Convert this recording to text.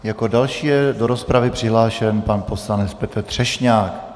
Jako další je do rozpravy přihlášen pan poslanec Petr Třešňák.